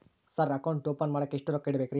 Sir account open ಮಾಡಾಕ ಎಷ್ಟು ರೊಕ್ಕ ಇಡಬೇಕ್ರಿ?